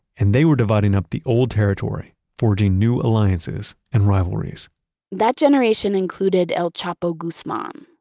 and they were dividing up the old territory, forging new alliances and rivalries that generation included el chapo guzman,